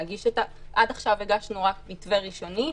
עד עכשיו הגשנו רק מתווה ראשוני,